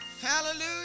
Hallelujah